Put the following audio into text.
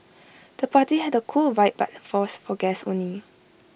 the party had A cool vibe but for guests only